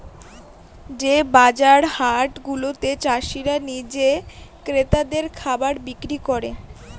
যে বাজার হাট গুলাতে চাষীরা নিজে ক্রেতাদের খাবার বিক্রি করে